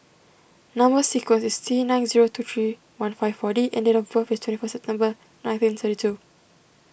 Number Sequence is T nine zero two three one five four D and date of birth is twenty four September nineteen thirty two